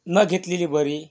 न घेतलेली बरी